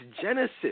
Genesis